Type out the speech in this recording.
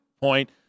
point